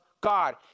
God